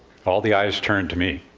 all the eyes turned to me.